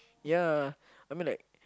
ya I mean like